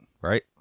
right